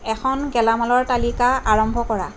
এখন গেলামালৰ তালিকা আৰম্ভ কৰা